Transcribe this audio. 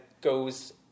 goes